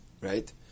right